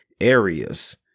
areas